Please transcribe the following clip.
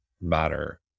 matter